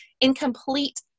incomplete